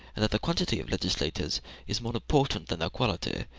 and that the quantity of legislators is more important than their quality.